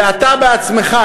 שאתה בעצמך,